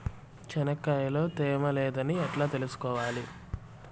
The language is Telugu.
చెనక్కాయ లో తేమ లేదని ఎట్లా తెలుసుకోవాలి?